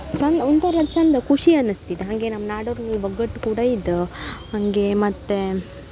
ಚಂದ ಒಂಥರ ಚಂದ ಖುಷಿ ಅನಿಸ್ತಿದೆ ಹಾಗೆ ನಮ್ಮ ನಾಡೋರಲ್ಲಿ ಒಗ್ಗಟ್ಟು ಕೂಡ ಇದೆ ಹಾಗೆ ಮತ್ತು